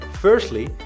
Firstly